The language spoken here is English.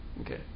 Okay